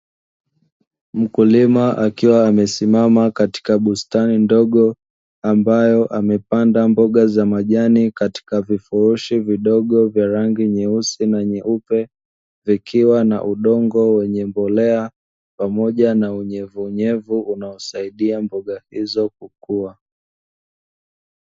Mkulima akiwa amesimama katika bustani ndogo, ambayo amepanda mboga za majani katika vifurushi vidogo vya rangi nyeusi na nyeupe; vikiwa na udongo wenye mbolea pamoja na unyevunyevu unaosaidia mboga hizo kukua.